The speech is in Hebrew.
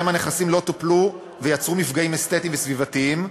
ובהן הנכסים לא טופלו ויצרו מפגעים אסתטיים וסביבתיים.